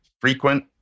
frequent